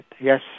Yes